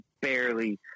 barely